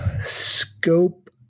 scope